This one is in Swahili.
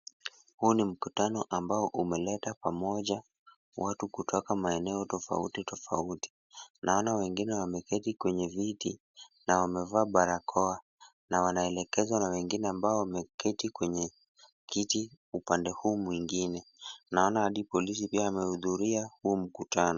Huu ni mkutano ambao umeleta pamoja, watu kutoka maeneo tofauti tofauti, naona wengine wameketi kwenye viti na wamevaa barakoa, na wanaelekezwa na wengine ambao wameketi kwenye kiti upande huu mwingine. Naona hadi polisi pia wamehudhuria huu mkutano.